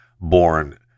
born